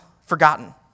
forgotten